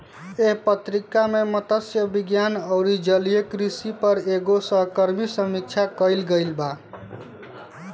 एह पत्रिका में मतस्य विज्ञान अउरी जलीय कृषि पर एगो सहकर्मी समीक्षा कईल गईल बा